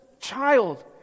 child